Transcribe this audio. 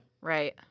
Right